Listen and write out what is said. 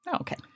Okay